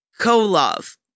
Kolov